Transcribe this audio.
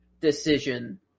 decision